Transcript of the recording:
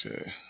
Okay